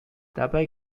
dabei